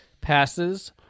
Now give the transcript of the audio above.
passes